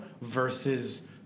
versus